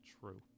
True